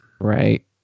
Right